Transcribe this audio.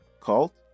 cult